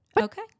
Okay